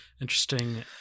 Interesting